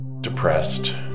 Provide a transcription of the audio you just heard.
depressed